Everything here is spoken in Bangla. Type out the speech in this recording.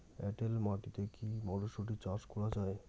এটেল মাটিতে কী মটরশুটি চাষ করা য়ায়?